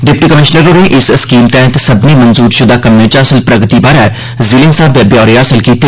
deputy commissioner होरें इस scheme तैह्त सब्मने मंजूरशुदा कम्में च हासल प्रगति बारै जिलें स्हाबै ब्यौरे हासल कीते